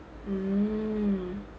mmhmm